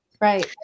right